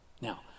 Now